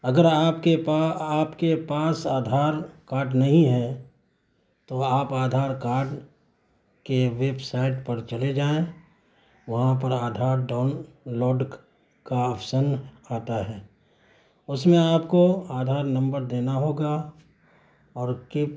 اگر آپ کے پاس آپ کے پاس آدھار کارڈ نہیں ہے تو آپ آدھار کارڈ کے ویب سائٹ پر چلے جائیں وہاں پر آدھار ڈاؤن لود کا آپشن آتا ہے اس میں آپ کو آدھار نمبر دینا ہوگا اور کپ